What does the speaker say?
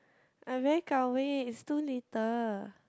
I'm very gao wei it's too little